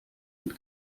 mit